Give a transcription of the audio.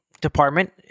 department